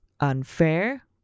unfair